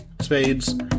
spades